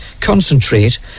Concentrate